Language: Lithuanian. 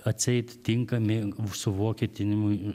atseit tinkami suvokietinimui